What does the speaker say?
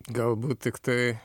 galbūt tiktai